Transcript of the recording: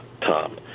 Tom